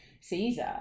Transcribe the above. Caesar